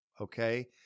Okay